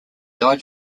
died